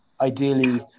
ideally